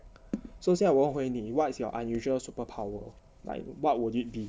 所以现在我问回你 what's your unusual superpower like what would it be